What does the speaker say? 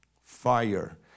Fire